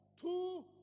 Two